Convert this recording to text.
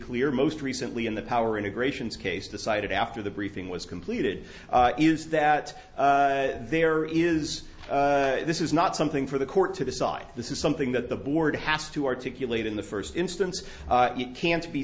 clear most recently in the power integrations case decided after the briefing was completed is that there is this is not something for the court to decide this is something that the board has to articulate in the first instance it can't be